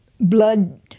blood